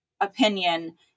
opinion